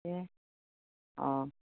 এ অঁ